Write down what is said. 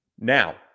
Now